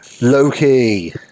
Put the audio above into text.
Loki